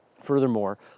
Furthermore